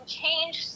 change